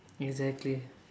exactly